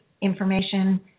information